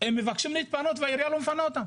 הם מבקשים להתפנות, והעירייה לא מפנה אותם.